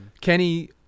Kenny